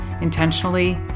intentionally